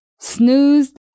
snoozed